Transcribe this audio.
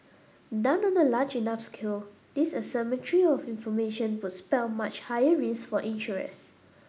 done on a large enough scale this asymmetry of information would spell much higher risk for insurers